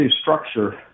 structure